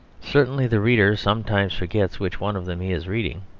certainly the reader sometimes forgets which one of them he is reading.